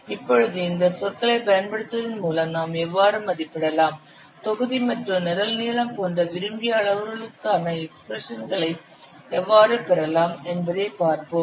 இப்பொழுது இந்த சொற்களைப் பயன்படுத்துவதன் மூலம் நாம் எவ்வாறு மதிப்பிடலாம் தொகுதி மற்றும் நிரல் நீளம் போன்ற விரும்பிய அளவுருக்களுக்கான எக்ஸ்பிரஷன்களை எவ்வாறு பெறலாம் என்பதைப் பார்ப்போம்